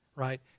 Right